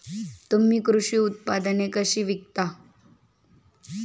तुम्ही कृषी उत्पादने कशी विकता?